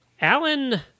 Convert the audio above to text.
Alan